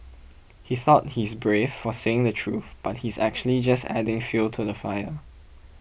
he thought he's brave for saying the truth but he's actually just adding fuel to the fire